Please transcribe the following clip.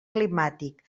climàtic